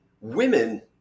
Women